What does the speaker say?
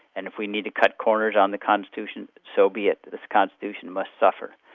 and if we need to cut corners on the constitution, so be it, this constitution must suffer.